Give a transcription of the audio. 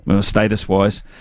status-wise